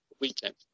weekend